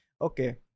okay